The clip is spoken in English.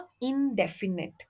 indefinite